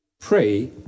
Pray